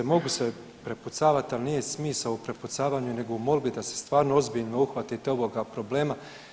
Mogu se prepucavat, ali nije smisao u prepucavanju nego u molbi da se stvarno ozbiljno uhvatite ovoga problema.